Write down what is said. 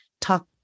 talk